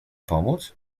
pomóc